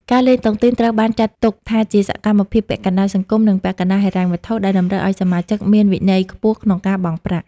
ការលេងតុងទីនត្រូវបានចាត់ទុកថាជាសកម្មភាពពាក់កណ្ដាលសង្គម និងពាក់កណ្ដាលហិរញ្ញវត្ថុ ដែលតម្រូវឱ្យសមាជិកមានវិន័យខ្ពស់ក្នុងការបង់ប្រាក់។